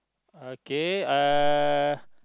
okay uh